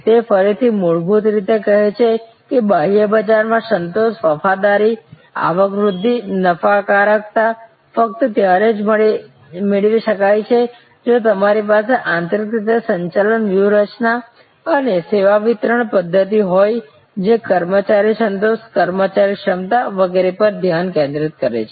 તે ફરીથી મૂળભૂત રીતે કહે છે કે બાહ્ય બજારમાં સંતોષ વફાદારી આવક વૃદ્ધિ નફાકારકતા ફક્ત ત્યારે જ મેળવી શકાય છે જો તમારી પાસે આંતરિક રીતે સંચાલન વ્યૂહરચના અને સેવા વિતરણ પદ્ધત્તિ હોય જે કર્મચારી સંતોષ કર્મચારીની ક્ષમતા વગેરે પર ધ્યાન કેન્દ્રિત કરે છે